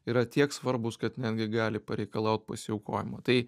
yra tiek svarbūs kad netgi gali pareikalaut pasiaukojimo tai